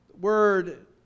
Word